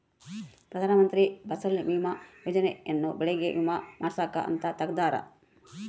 ಪ್ರಧಾನ ಮಂತ್ರಿ ಫಸಲ್ ಬಿಮಾ ಯೋಜನೆ ಯನ್ನ ಬೆಳೆಗೆ ವಿಮೆ ಮಾಡ್ಸಾಕ್ ಅಂತ ತೆಗ್ದಾರ